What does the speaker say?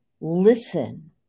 listen